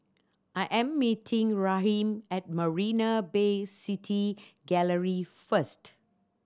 I am meeting Raheem at Marina Bay City Gallery first